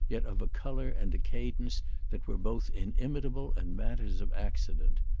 yet of a colour and a cadence that were both inimitable and matters of accident.